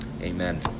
Amen